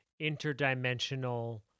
interdimensional